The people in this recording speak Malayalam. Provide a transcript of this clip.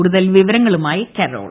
കൂടുതൽ വിവരങ്ങളുമായി കരോൾ